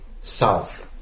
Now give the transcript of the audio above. South